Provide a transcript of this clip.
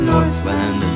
Northland